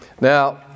Now